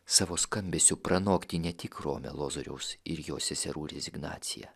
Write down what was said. savo skambesiu pranokti ne tik romią lozoriaus ir jo seserų rezignaciją